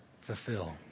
fulfill